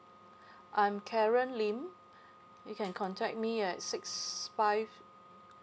I'm K A R E N L I M you can contact me at six five